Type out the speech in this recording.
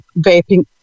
vaping